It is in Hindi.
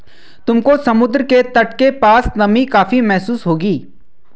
तुमको समुद्र के तट के पास नमी काफी महसूस होगी